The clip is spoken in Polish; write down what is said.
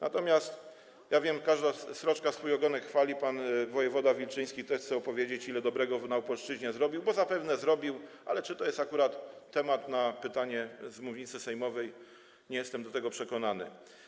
Natomiast wiem, że każda sroczka swój ogonek chwali, pan wojewoda Wilczyński też chce opowiedzieć, ile dobrego na Opolszczyźnie zrobił, bo zapewne zrobił, ale czy to jest akurat temat dobry w ramach pytania z mównicy sejmowej, nie jestem co do tego przekonany.